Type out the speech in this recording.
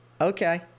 okay